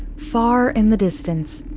far in the distance.